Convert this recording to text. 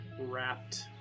wrapped